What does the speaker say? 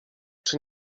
czy